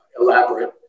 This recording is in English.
elaborate